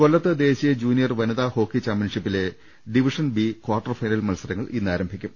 കൊല്ലത്ത് ദേശീയ ജൂനിയർ വനിതാ ഹോക്കി ചാമ്പ്യൻഷിപ്പിലെ ഡിവിഷൻ ബി കാർട്ടർ ഫൈനൽ മത്സരങ്ങൾ ഇന്നാരംഭിക്കും